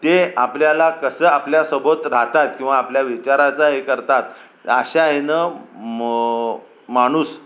ते आपल्याला कसं आपल्यासोबत राहतात किंवा आपल्या विचाराचा हे करतात अशा ह्यानं मग माणूस